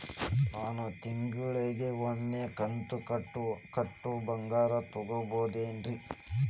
ನಾ ತಿಂಗಳಿಗ ಒಮ್ಮೆ ಕಂತ ಕಟ್ಟಿ ಬಂಗಾರ ತಗೋಬಹುದೇನ್ರಿ?